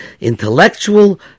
intellectual